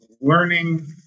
learning